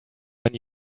when